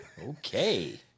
Okay